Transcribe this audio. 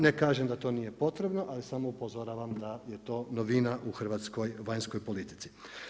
Ne kažem da to nije potrebno, ali samo upozoravam da je to novina u hrvatskoj vanjskoj politici.